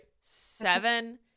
seven